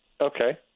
Okay